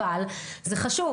אבל זה חשוב.